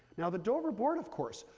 now the dover board, of course,